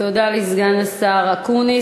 תודה לסגן השר אקוניס.